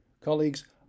Colleagues